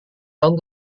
tahun